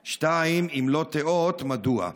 2. אם לא תיאות, מדוע?